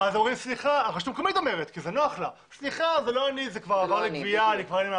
אז הרשות המקומית אומרת שזו לא היא אלא חברת הגבייה.